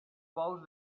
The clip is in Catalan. bous